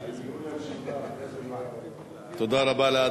תודה רבה.